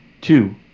two